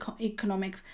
economic